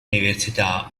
università